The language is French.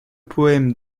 poème